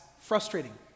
frustrating